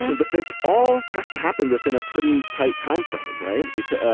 but this all has to happen within a pretty tight timeframe right because.